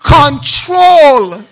control